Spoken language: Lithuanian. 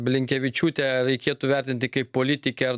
blinkevičiūtę reikėtų vertinti kaip politikę ar